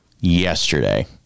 yesterday